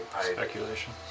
speculation